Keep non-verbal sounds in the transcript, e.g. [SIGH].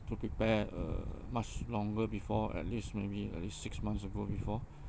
to prepare uh much longer before at least maybe at least six months ago before [BREATH]